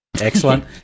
excellent